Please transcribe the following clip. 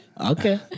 Okay